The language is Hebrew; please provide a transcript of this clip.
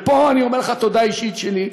ופה אני אומר לך תודה אישית שלי.